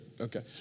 okay